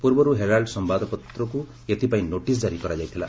ପୂର୍ବରୁ ହେରାଲ୍ଚ ସମ୍ଭାଦପତ୍ରକୁ ଏଥିପାଇଁ ନୋଟିସ୍ ଜାରି କରାଯାଇଥିଲା